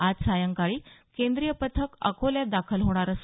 आज सायंकाळी केंद्रीय पथक अकोल्यात दाखल होणार आहे